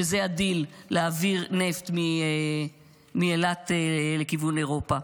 שזה הדיל להעביר נפט מאילת לכיוון אירופה.